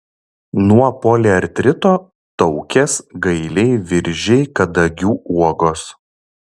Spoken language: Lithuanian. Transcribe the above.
nuo poliartrito taukės gailiai viržiai kadagių uogos